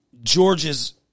George's